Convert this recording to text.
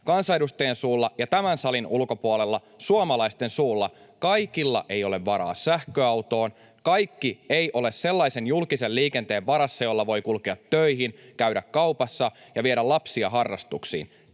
kansanedustajien suulla ja tämän salin ulkopuolella suomalaisten suulla: kaikilla ei ole varaa sähköautoon, kaikki eivät ole sellaisen julkisen liikenteen varassa, jolla voi kulkea töihin, käydä kaupassa ja viedä lapsia harrastuksiin.